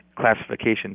classification